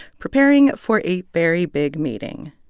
preparing for a very big meeting.